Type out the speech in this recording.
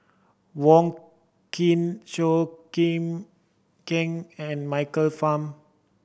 Wong Keen Chua Chim Kang and Michael Fam